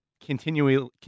continually